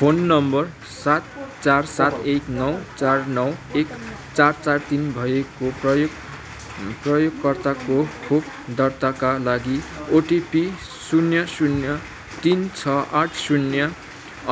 phone number सात चार सात एक नौ चार नौ एक चार चार तिन भएको प्रयोग प्रयोगकर्ताको खोप दर्ताका लागि ओटिपी शून्य शून्य तिन छ आठ शून्य